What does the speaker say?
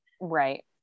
Right